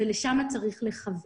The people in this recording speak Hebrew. לשם צריך לכוון.